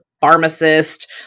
pharmacist